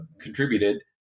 contributed